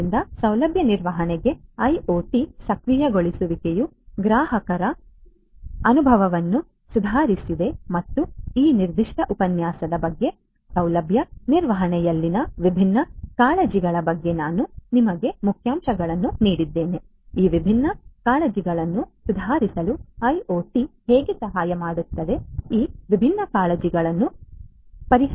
ಆದ್ದರಿಂದ ಸೌಲಭ್ಯ ನಿರ್ವಹಣೆಗೆ ಐಒಟಿ ಸಕ್ರಿಯಗೊಳಿಸುವಿಕೆಯು ಗ್ರಾಹಕರ ಅನುಭವವನ್ನು ಸುಧಾರಿಸಿದೆ ಮತ್ತು ಈ ನಿರ್ದಿಷ್ಟ ಉಪನ್ಯಾಸದ ಬಗ್ಗೆ ಸೌಲಭ್ಯ ನಿರ್ವಹಣೆಯಲ್ಲಿನ ವಿಭಿನ್ನ ಕಾಳಜಿಗಳ ಬಗ್ಗೆ ನಾನು ನಿಮಗೆ ಮುಖ್ಯಾಂಶಗಳನ್ನು ನೀಡಿದ್ದೇನೆ ಈ ವಿಭಿನ್ನ ಕಾಳಜಿಗಳನ್ನು ಸುಧಾರಿಸಲು ಐಒಟಿ ಹೇಗೆ ಸಹಾಯ ಮಾಡುತ್ತದೆ ಈ ವಿಭಿನ್ನ ಕಾಳಜಿಗಳನ್ನು ಪರಿಹರಿಸುತ್ತದೆ